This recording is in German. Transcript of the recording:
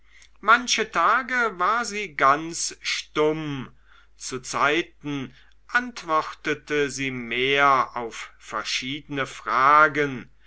manche tage war sie ganz stumm zuzeiten antwortete sie mehr auf verschiedene fragen